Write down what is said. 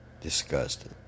Disgusting